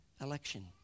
election